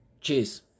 Cheers